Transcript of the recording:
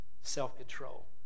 self-control